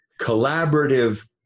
collaborative